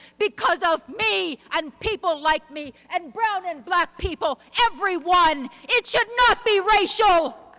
because of me and people like me and brown and black people, everyone, it should not be racial.